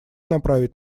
направить